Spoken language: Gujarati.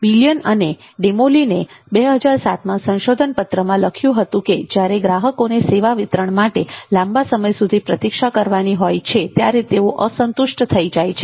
Bielen અને Demoulin એ 2007માં સંશોધન પત્રમાં લખ્યું હતું કે જ્યારે ગ્રાહકોને સેવા વિતરણ માટે લાંબા સમય સુધી પ્રતીક્ષા કરવાની હોય છે ત્યારે તેઓ અસંતુષ્ટ થઈ જાય છે